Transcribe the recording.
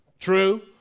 True